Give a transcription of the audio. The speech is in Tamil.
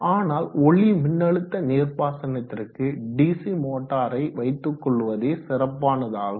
ஆனால் ஒளி மின்னழுத்த நீர்ப்பாசனத்திற்கு டிசி மோட்டாரை வைத்துகொள்வதே சிறப்பானதாகும்